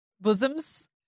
bosoms